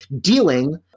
dealing